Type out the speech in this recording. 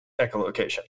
echolocation